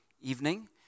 evening